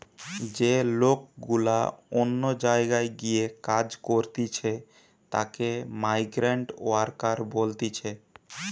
যে লোক গুলা অন্য জায়গায় গিয়ে কাজ করতিছে তাকে মাইগ্রান্ট ওয়ার্কার বলতিছে